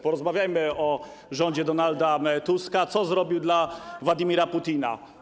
Porozmawiajmy o rządzie Donalda Tuska, o tym co zrobił dla Władimira Putina.